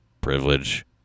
privilege